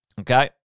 okay